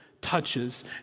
touches